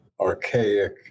archaic